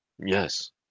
Yes